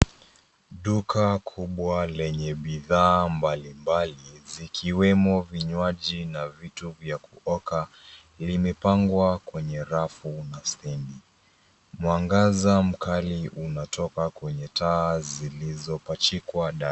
Duka kubwa lenye bidhaa mbalimbali zikiwemo vinywaji na vitu vya kuoka limepangwa kwenye rafu na stendi, mwangaza mkali unatoka kwenye taa zilizopachikwa dari.